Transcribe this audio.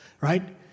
right